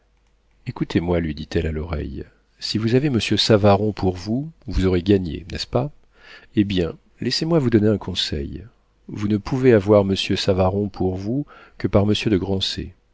ecoutez-moi lui dit-elle à l'oreille si vous avez monsieur savaron pour vous vous aurez gagné n'est-ce pas eh bien laissez-moi vous donner un conseil vous ne pouvez avoir monsieur savaron pour vous que par monsieur de